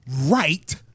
right